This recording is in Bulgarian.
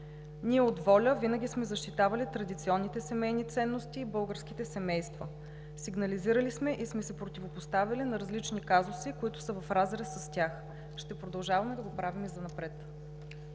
Ние от ВОЛЯ винаги сме защитавали традиционните семейни ценности и българските семейства. Сигнализирали сме и сме се противопоставяли на различни казуси, които са в разрез с тях. Ще продължаваме да го правим и занапред!